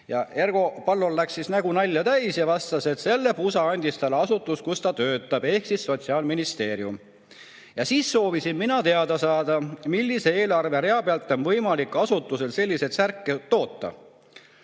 Ergo Pallol läks nägu nalja täis ja ta vastas, et selle pusa andis talle asutus, kus ta töötab, ehk Sotsiaalministeerium. Ja siis soovisin mina teada saada, millise eelarverea pealt on võimalik asutusel selliseid särke [soetada].